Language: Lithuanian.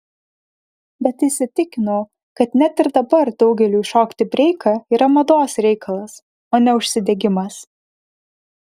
bet įsitikinau kad net ir dabar daugeliui šokti breiką yra mados reikalas o ne užsidegimas